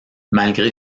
malgré